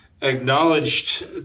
acknowledged